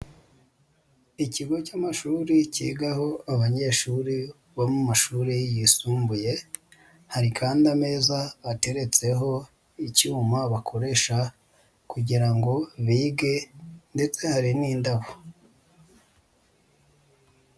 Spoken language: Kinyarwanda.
Ikigo cy'amashuri cyigaho abanyeshuri bo mu mashuri yisumbuye, hari kandi ameza ateretseho icyuma bakoresha kugira ngo bige ndetse hari n'indabo.